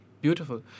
Beautiful